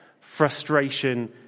frustration